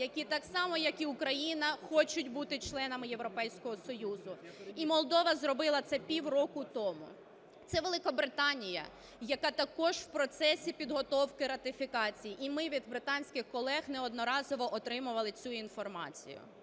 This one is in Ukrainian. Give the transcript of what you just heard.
які так само, як і Україна, хочуть бути членами Європейського Союзу, і Молдова зробила це пів року тому. Це Великобританія, яка також в процесі підготовки ратифікації, і ми від британських колег неодноразово отримували цю інформацію.